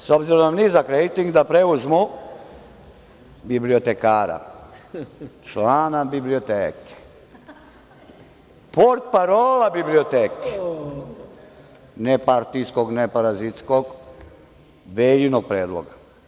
S obzirom na nizak rejting da preuzmu bibliotekara, člana biblioteke, portparola biblioteke, nepartijskog, neparazitskog Veljinog predloga.